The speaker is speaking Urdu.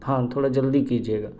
ہاں تھوڑا جلدی کیجیے گا